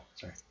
sorry